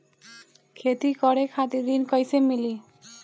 खेती करे खातिर ऋण कइसे मिली?